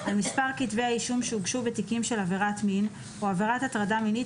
על מספר כתבי האישום שהוגשו בתיקים של עבירת מין או עבירת הטרדה מינית